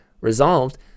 Resolved